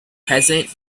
present